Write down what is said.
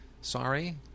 Sorry